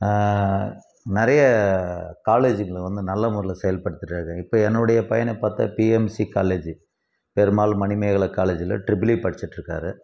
நிறைய காலேஜுங்களை வந்து நல்ல முறையில் செயல்படுத்துகிறது இப்போ என்னுடைய பையனை பார்த்தா பிஎம்சி காலேஜி பெருமாள் மணிமேகலை காலேஜ்ல ட்ரிபிள் இ படிச்சிகிட்ருக்காரு